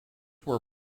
were